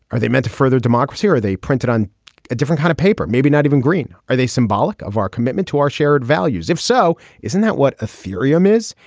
are they meant to further democracy or are they printed on a different kind of paper maybe not even green. are they symbolic of our commitment to our shared values if so isn't that what a fury um is.